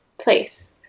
place